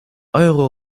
euro